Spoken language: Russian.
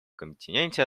континенте